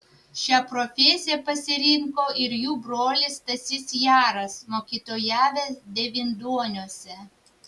šią profesiją pasirinko ir jų brolis stasys jaras mokytojavęs devynduoniuose